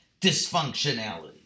dysfunctionality